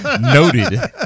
Noted